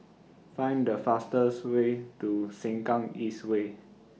Find The fastest Way to Sengkang East Way